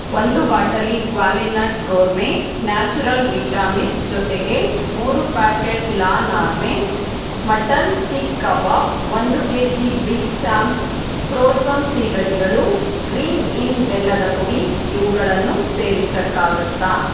ಒಂದು ಬಾಟಲಿ Qualinut gourmet natural vita mix ಜೊತೆಗೆ ಮೂರು ಪ್ಯಾಕೆಟ್ ಲಾ ನಾರ್ಮೆ ಮಟನ್ ಸೀಖ್ ಕಬಾಬ್ ಒಂದು ಕೆಜಿ ಬಿಗ್ ಸ್ಯಾಮ್ಸ್ ಫ್ರೋಝನ್ ಸೀಗಡಿಗಳು ಗ್ರೀನ್ಇನ್ ಬೆಲ್ಲದ ಪುಡಿ ಇವುಗಳನ್ನು ಸೇರಿಸಕ್ಕಾಗತ್ತಾ